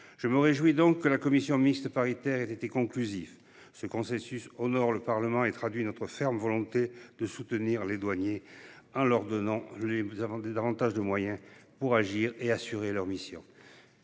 Je me réjouis donc que la commission mixte paritaire ait été conclusive. Ce consensus honore le Parlement et traduit notre ferme volonté de soutenir les douaniers en leur donnant davantage de moyens pour agir et assurer leurs missions.